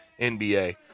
NBA